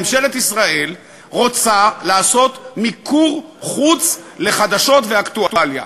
ממשלת ישראל רוצה לעשות מיקור חוץ לחדשות ואקטואליה.